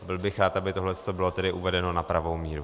Byl bych rád, aby tohleto bylo tedy uvedeno na pravou míru.